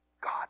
God